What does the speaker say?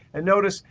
and notice,